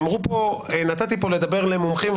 נתתי פה לדבר למומחים,